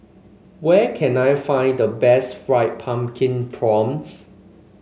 where can I find the best Fried Pumpkin Prawns